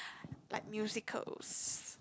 like musical